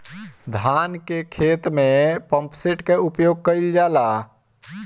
धान के ख़हेते में पम्पसेट का उपयोग कइल जाला?